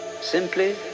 simply